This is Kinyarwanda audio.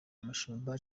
mushumba